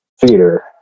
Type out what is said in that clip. theater